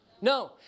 No